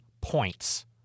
points